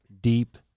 deep